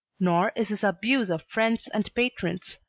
nor is his abuse of friends and patrons,